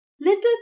little